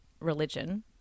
religion